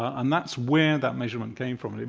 and that's where that measurement came from.